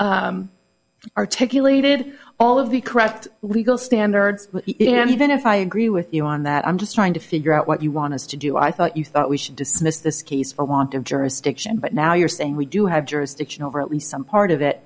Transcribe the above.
agency articulated all of the correct legal standards and even if i agree with you on that i'm just trying to figure out what you want us to do i thought you thought we should dismiss this case for want of jurisdiction but now you're saying we do have jurisdiction over at least some part of it